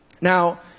Now